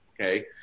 Okay